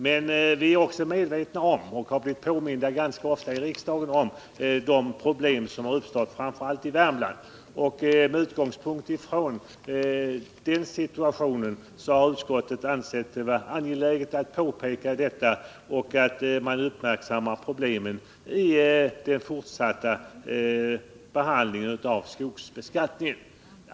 Men vi är också medvetna om — och vi har blivit påminda om det ganska ofta i riksdagen — att det uppstått problem framför allt i Värmland. Med utgångspunkt i den situationen har utskottet pekat på angelägenheten av att man uppmärksammar problemen vid den fortsatta behandlingen av skogsbeskattningen.